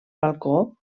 balcó